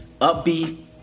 Upbeat